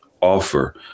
offer